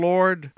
Lord